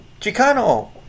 Chicano